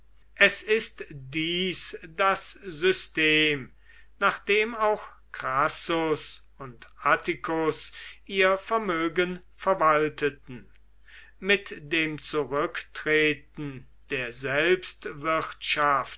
es ist dies das system nach dem auch crassus und atticus ihr vermögen verwalteten mit dem zurücktreten der